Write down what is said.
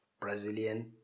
Brazilian